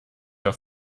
auf